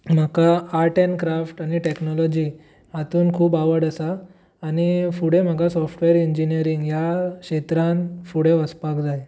म्हाका art and craft and technology हातून खूब आवड आसा आनी फुडें म्हाका सोफ्टवेर इंजिनीयरींग ह्या क्षेत्रान फुडें वचपाक जाय